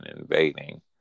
invading